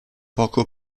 poco